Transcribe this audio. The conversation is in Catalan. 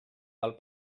del